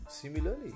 Similarly